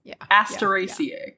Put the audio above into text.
Asteraceae